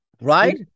Right